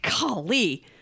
golly